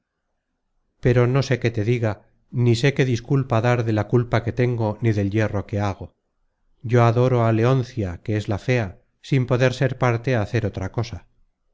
pero no sé qué te diga ni sé qué disculpa dar de la content from google book search generated at sea content from google book search generated at culpa que tengo ni del yerro que hago yo adoro á leoncia que es la fea sin poder ser parte á hacer otra cosa